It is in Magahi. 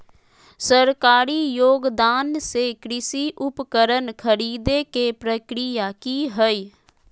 सरकारी योगदान से कृषि उपकरण खरीदे के प्रक्रिया की हय?